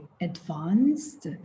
advanced